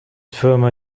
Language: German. firma